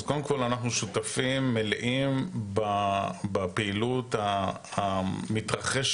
אז קודם כל אנחנו שותפים מלאים בפעילות המתרחשת